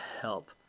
help